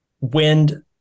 wind